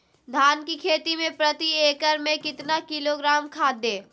धान की खेती में प्रति एकड़ में कितना किलोग्राम खाद दे?